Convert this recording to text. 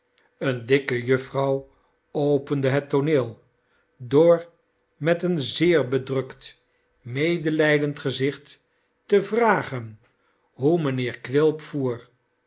eene dikke jufvrouw opende het tooneel door met een zeer bedrukt medelijdend gezicht te vragen hoe mijnheer quilp voer